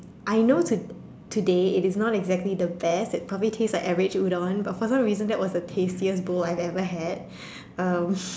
I know to today it is not exactly the best it probably tastes like average udon but for some reason that was one of the tastiest bowl I've ever had um